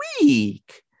week